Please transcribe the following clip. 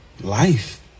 life